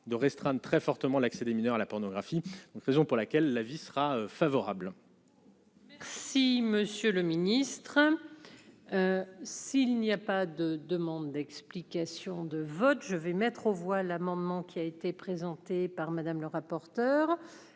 de restreindre très fortement l'accès des mineurs à la pornographie nous faisons pour laquelle la vie sera favorable. Si Monsieur le ministre, s'il n'y a pas de demande d'explication de vote, je vais mettre aux voix l'amendement qui a été présentée par Madame le rapporteur